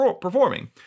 performing